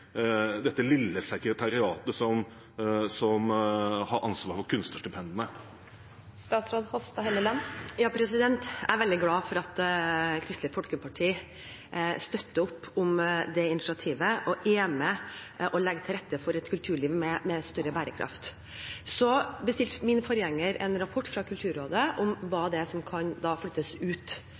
dette lille sekretariatet som har ansvaret for kunstnerstipendene? Jeg er veldig glad for at Kristelig Folkeparti støtter opp om det initiativet og er med på å legge til rette for et kulturliv med større bærekraft. Min forgjenger bestilte en rapport fra Kulturrådet om hva som kan flyttes ut